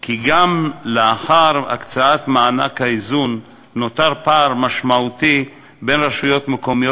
כי גם לאחר הקצאת מענק איזון נותר פער משמעותי בין רשויות מקומיות